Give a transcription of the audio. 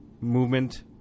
movement